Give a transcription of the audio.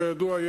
כידוע,